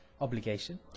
obligation